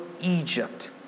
Egypt